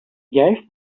gave